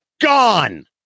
gone